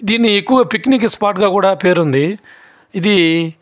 దీన్ని ఎక్కువ picnic spot కూడా పేరు ఉంది ఇది